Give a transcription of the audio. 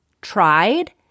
tried